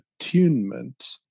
attunement